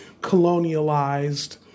Colonialized